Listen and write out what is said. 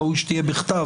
ראוי שהיא תהיה בכתב.